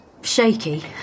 shaky